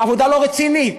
עבודה לא רצינית.